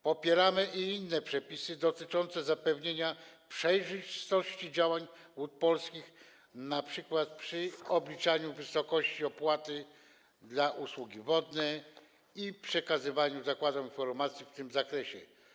Popieramy i inne przepisy dotyczące zapewnienia przejrzystości działań Wód Polskich np. przy obliczaniu wysokości opłaty za usługi wodne i przekazywaniu zakładom informacji w tym zakresie.